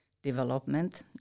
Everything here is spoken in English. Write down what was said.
development